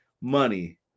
Money